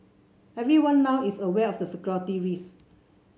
everyone now is aware of the security risk